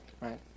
right